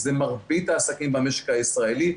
אלה מרבית העסקים במשק הישראלי,